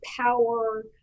power